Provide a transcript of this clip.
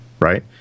right